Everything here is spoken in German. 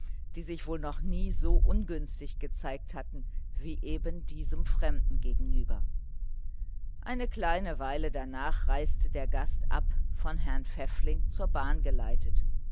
die sich wohl noch nie so ungünstig präsentiert hatten wie eben diesem fremden gegenüber eine kleine weile darnach reiste der gast ab von herrn pfäffling zur bahn geleitet